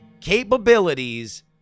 capabilities